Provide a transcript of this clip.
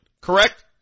Correct